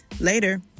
Later